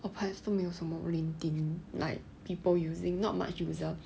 apply 都没有什么 linkedin like people using not much users